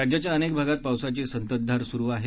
राज्याच्या अनेक भागात पावसाची संततधार सुरु आहे